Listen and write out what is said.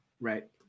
Right